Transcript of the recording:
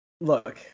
Look